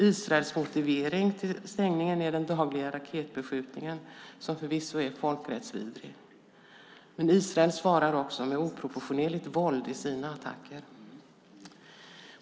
Israels motivering till stängningen är den dagliga raketbeskjutningen som förvisso är folkrättsvidrig, men Israel svarar också med oproportionerligt våld i sina attacker.